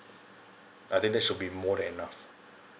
I think that should be more than enough